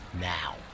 Now